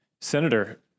Senator